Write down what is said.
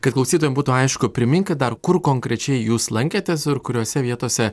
kad klausytojam būtų aišku primink dar kur konkrečiai jūs lankėtės ir kuriose vietose